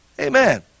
Amen